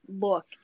look